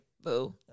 boo